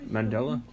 Mandela